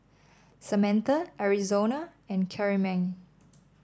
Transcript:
Samantha Arizona and Karyme